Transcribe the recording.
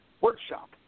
Workshop